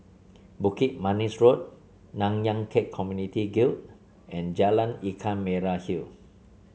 Bukit Manis Road Nanyang Khek Community Guild and Jalan Ikan Merah Hill